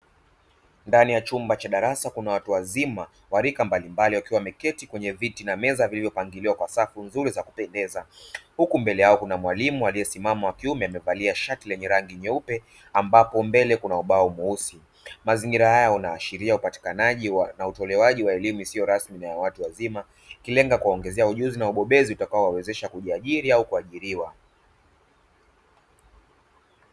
Ndani ya chumba cha darasa kuna watu wazima wa rika mbalimbali wakiwa wameketi kwenye viti na meza vilivyopangiliwa kwa safu nzuri za kupendeza. Huku mbele yao kuna mwalimu aliyesimama wa kiume amevalia shati lenye rangi nyeupe ambapo mbele kuna ubao mweusi. Mazingira hayo yanaashiria upatikanaji na utolewaji wa elimu isiyo rasmi na ya watu wazima, ikilenga kuongezea ujuzi na ubobezi utakaowawezesha kujiajiri au kuajiriwa.